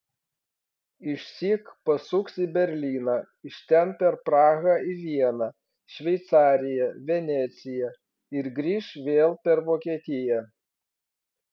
išsyk pasuks į berlyną iš ten per prahą į vieną šveicariją veneciją ir grįš vėl per vokietiją